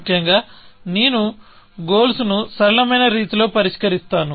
ముఖ్యంగా నేను గోల్స్ ను సరళమైన రీతిలో పరిష్కరిస్తాను